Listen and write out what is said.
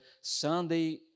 Sunday